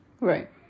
Right